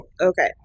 Okay